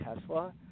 Tesla